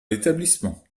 l’établissement